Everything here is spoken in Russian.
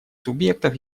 субъектов